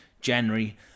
January